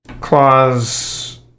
clause